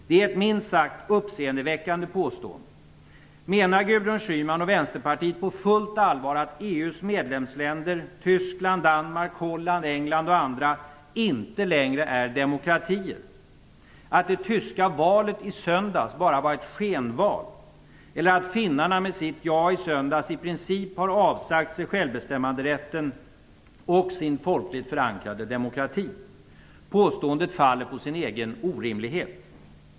Det är ett minst sagt uppseendeväckande påstående. Menar Gudrun Schyman och Vänsterpartiet på fullt allvar att EU:s medlemsländer - såsom Tyskland, Danmark, Holland och England - inte längre är demokratier, att det tyska valet i söndags bara var ett skenval eller att finnarna med sitt ja i söndags i princip har avsagt sig självbestämmanderätten och sin folkligt förankrade demokrati? Detta faller på sin egen orimlighet.